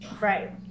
Right